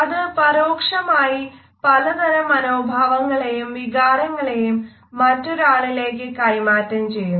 അത് പരോക്ഷമായി പലതരം മനോഭാവങ്ങളെയും വികാരങ്ങളെയും മറ്റൊരാളിലേക്ക് കൈമാറ്റം ചെയ്യുന്നു